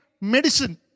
medicine